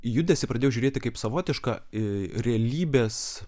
į judesį pradėjau žiūrėti kaip savotišką realybės